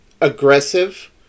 aggressive